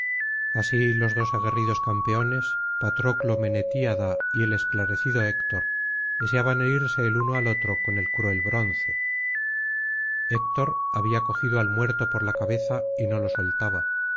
así los dos aguerridos campeones patroclo menctíada y el esclarecido héctor deseaban herirse el uno al otro con el cruel bronce héctor había cogido al muerto por la cabeza y no lo soltaba